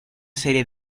serie